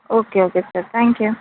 okay okay sir thank you